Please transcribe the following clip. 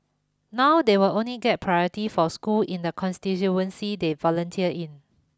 now they will only get priority for schools in the constituency they volunteer in